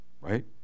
Right